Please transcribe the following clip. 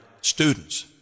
students